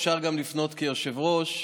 אפשר גם לפנות כיושב-ראש,